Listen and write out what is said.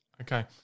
Okay